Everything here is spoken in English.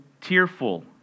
Tearful